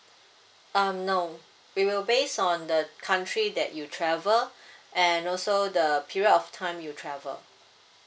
um no we will base on the country that you travel and also the period of time you travel